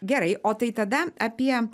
gerai o tai tada apie